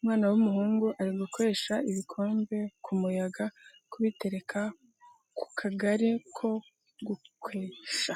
Umwana w’umuhungu ari gukwesha ibikombe ku muyaga kubitereka ku kagari ko gukwesha.